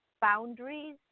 boundaries